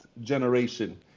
generation